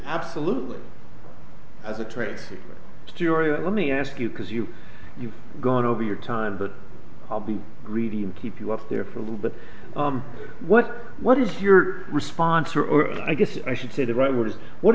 absolutely as a transfer story let me ask you because you you've gone over your time but i'll be greedy and keep you up there for a little bit what what is your response or i guess i should say the right word is what